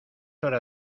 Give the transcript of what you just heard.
hora